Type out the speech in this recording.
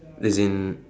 as in